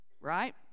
Right